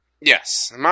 Yes